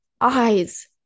eyes